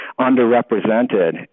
underrepresented